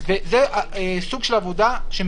זה לא